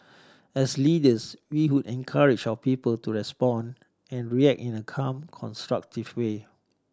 as leaders we would encourage our people to respond and react in a calm constructive way